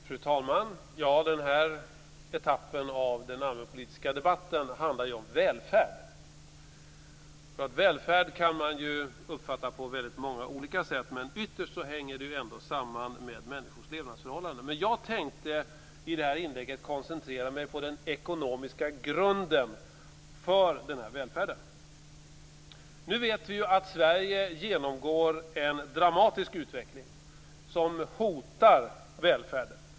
Fru talman! Den här etappen av den allmänpolitiska debatten handlar om välfärd. Välfärd kan man uppfatta på väldigt många olika sätt, men ytterst hänger det ändå samman med människors levnadsförhållanden. Jag tänkte i den här inlägget koncentrera mig på den ekonomiska grunden för välfärden. Vi vet att Sverige genomgår en dramatisk utveckling som hotar välfärden.